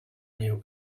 menu